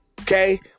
Okay